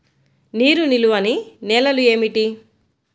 నీరు నిలువని నేలలు ఏమిటి?